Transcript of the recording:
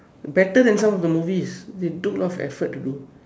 better than some of the movies they took a lot of effort to do